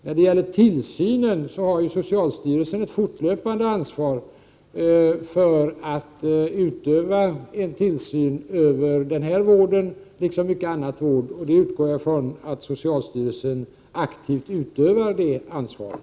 När det gäller tillsynen har ju socialstyrelsen ett fortlöpande ansvar för att utöva tillsyn över den här vården, liksom mycken annan vård, och jag utgår från att socialstyrelsen aktivt utövar det ansvaret.